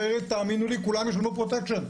אחרת, תאמינו לי, כולם ישלמו פרוטקשן.